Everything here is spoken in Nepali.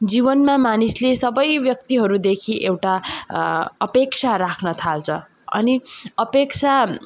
जीवनमा मानिसले सबै व्यक्तिहरूदेखि एउटा अपेक्षा राख्न थाल्छ अनि अपेक्षा